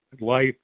life